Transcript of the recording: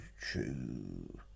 true